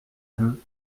deux